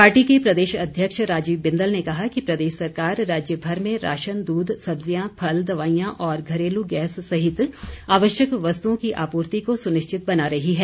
party के प्रदेश अध्यक्ष राजीव बिंदल ने कहा कि प्रदेश सरकार राज्यभर में राशन दूध सब्जियां फल दवाईयां और घरेलू गैस सहित आवश्यक वस्तुओं की आपूर्ति को सुनिश्चित बना रही है